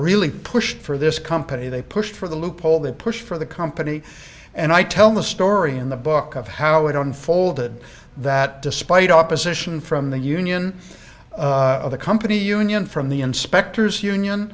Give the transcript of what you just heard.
really pushed for this company they pushed for the loophole they pushed for the company and i tell the story in the book of how it unfolded that despite opposition from the union the company union from the inspectors union